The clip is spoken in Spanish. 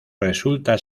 resulta